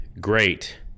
great